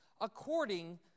according